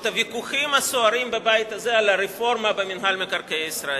את הוויכוחים הסוערים בבית הזה על הרפורמה במינהל מקרקעי ישראל.